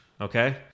Okay